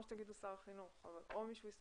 שתגידו שר החינוך אבל לא מי שהסמיך לכך.